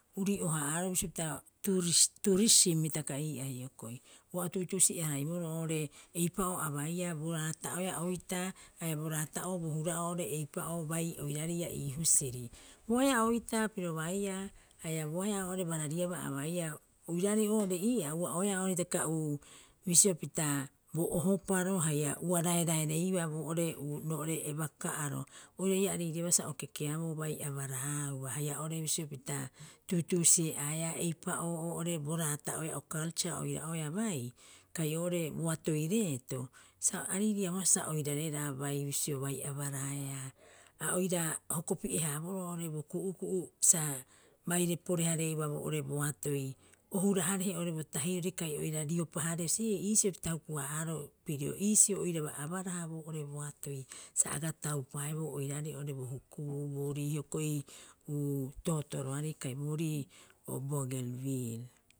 Boatoi reeto haia booree ua urii'o- haa'aaroo bisio pita tuuris tuurisim hitaka ii'oo ua o tuutuusi'e- haraiboroo oo'ore eipa'oo a baia haia bo raata'oo bo hura'oo eipa'oobai oirarei ii'aaa ii husiri. Boahe'a oitaa piro baia haia boahe'a oo'ore barariabaa a baia oiraarei oo'ore ii'aa ua'oeea hitaka uu bisio pita bo ohoparo haia ua raeraereibaa boo'ore roo'ore eba ka'aro. Oira ii'aa a riiriiabaa sa o kekeaboo bai abraauba haia oo'ore bisio pita, tuutuusi'e'aea eipa'oo oo'ore bo raata'oea o kaltsaa oiraa'oea bai, kai oo'ore boatoi reeto sa a riiriiabaa sa oirareraa bai bisio bai abararaea. A oira hokopi'e- haaboroo oo'ore bo ku'uku'u sa baire pore- hareeuba boo'ore boatoi o huraharehe oo'ore bo tahirori kai oira riopaharehe see iisio pita huku- haa'aaroo pirio iisio oiraba abaraha boo'ore boatoi sa aga taupaeboo oiraarei oo'ore bo hukubuu boorii hioko'i uu tootoroarei kai boorii Bougenvil.